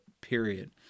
period